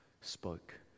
spoke